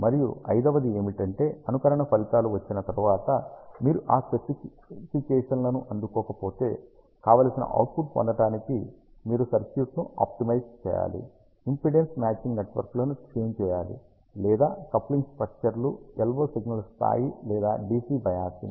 మరియు ఐదవది ఏమిటంటే అనుకరణ ఫలితాలు వచ్చిన తర్వాత మీరు ఆ స్పెసిఫికేషన్లను అందుకోకపోతే కావలసిన అవుట్పుట్ పొందడానికి మీరు సర్క్యూట్ను ఆప్టిమైజ్ చేయాలి ఇంపిడెన్స్ మ్యాచింగ్ నెట్వర్క్లను ట్యూన్ చేయాలి లేదా కప్లింగ్ స్ట్రక్చర్లు LO సిగ్నల్ స్థాయి లేదా DC బయాసింగ్